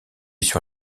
sur